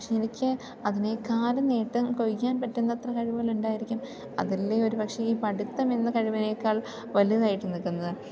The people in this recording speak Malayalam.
പക്ഷെ എനിക്ക് അതിനേക്കാളും നേട്ടം കൊതിക്കാൻ പറ്റുന്നത്ര കഴിവുകളുണ്ടായിരിക്കും അതല്ലെ ഒരു പക്ഷെ ഈ പഠിത്തം എന്ന കഴിവിനേക്കാൾ വലുതായിട്ട് നിൽക്കുന്നത്